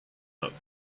health